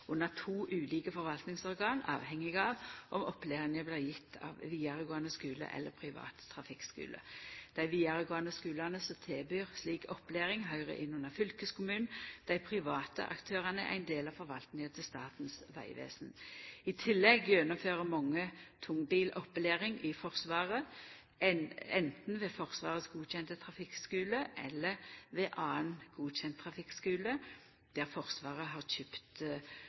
under to ulike forvaltingsorgan, avhengig av om opplæringa blir gjeve av vidaregåande skule eller av privat trafikkskule. Dei vidaregåande skulane som tilbyr slik opplæring, høyrer inn under fylkeskommunen, dei private aktørane er ein del av forvaltinga til Statens vegvesen. I tillegg gjennomfører mange tungbilopplæring i Forsvaret, anten ved Forsvarets godkjende trafikkskule eller ved annan godkjend trafikkskule der Forsvaret har kjøpt